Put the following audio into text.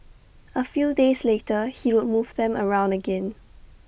A few days later he would move them around again